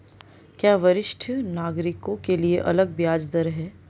क्या वरिष्ठ नागरिकों के लिए अलग ब्याज दर है?